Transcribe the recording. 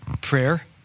Prayer